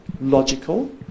logical